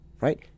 Right